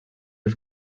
els